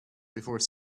before